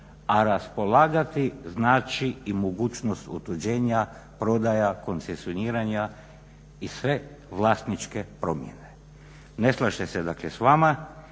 a raspolagati znači i mogućnost otuđenja prodaja koncesioniranja i sve vlasničke promjene. Ne slažem se dakle sa vama